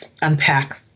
unpack